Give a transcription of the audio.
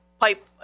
pipe –